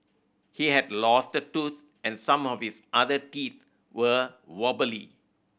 he had lost a tooth and some of his other teeth were wobbly